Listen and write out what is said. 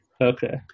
Okay